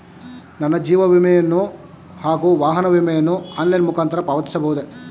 ನನ್ನ ಜೀವ ವಿಮೆಯನ್ನು ಹಾಗೂ ವಾಹನ ವಿಮೆಯನ್ನು ಆನ್ಲೈನ್ ಮುಖಾಂತರ ಪಾವತಿಸಬಹುದೇ?